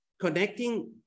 connecting